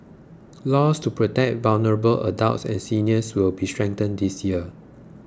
laws to protect vulnerable adults and seniors will be strengthened this year